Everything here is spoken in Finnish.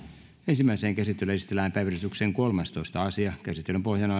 ensimmäiseen käsittelyyn esitellään päiväjärjestyksen viidestoista asia käsittelyn pohjana